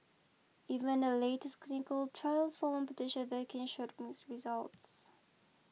even the latest clinical trials for one potential vaccine showed mixed results